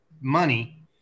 money